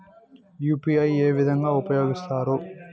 UPI ఏ విధంగా ఉపయోగిస్తారు?